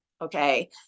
okay